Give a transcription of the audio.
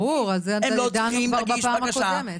ברור, זה דנו כבר בפעם הקודמת.